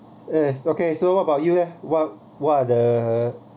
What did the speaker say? yes okay so what about you eh what what are the